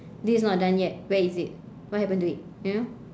this is not done yet where is it what happened to it you know